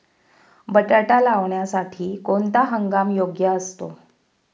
बटाटा लावण्यासाठी कोणता हंगाम योग्य असतो?